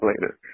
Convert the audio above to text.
later